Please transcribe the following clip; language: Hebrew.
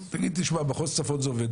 ככה אתה תגיד לי לדוגמה: מחוז צפון זה עובד,